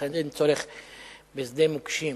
ולכן אין צורך בשדה מוקשים.